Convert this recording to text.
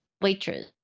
waitress